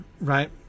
right